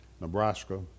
Nebraska